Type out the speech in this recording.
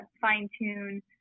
fine-tune